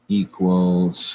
equals